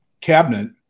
cabinet